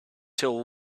till